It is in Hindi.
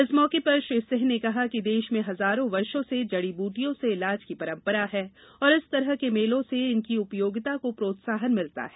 इस मौके पर श्री सिंह ने कहा कि देश में हजारों वर्षो से जड़ी बूटियों से ईलाज की परंपरा है और इस तरह के मेलों से इनकी उपयोगिता को प्रोत्साहन मिलता है